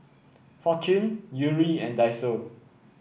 Fortune Yuri and Daiso